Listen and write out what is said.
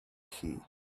chi